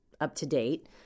up-to-date